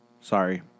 Sorry